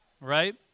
Right